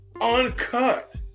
uncut